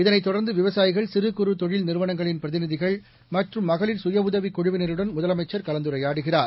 இதனைத் தொடர்ந்து விவசாயிகள் சிறு குறு தொழில் நிறுவனங்களின் பிரதிநிதிகள் மற்றும் மகளிர் சுய உதவிக் குழுவினருடனும் முதலமைச்சா் கலந்துரையாடுகிறார்